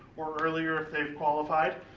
or earlier, if they've qualified.